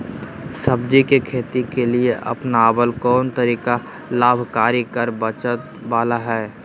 सब्जी के खेती के लिए अपनाबल कोन तरीका लाभकारी कर बचत बाला है?